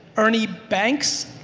ernie banks?